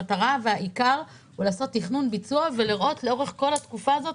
המטרה והעיקר הוא לעשות תכנון ביצוע ולראות לאורך כל התקופה הזאת,